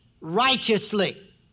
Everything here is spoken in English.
righteously